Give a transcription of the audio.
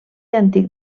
antic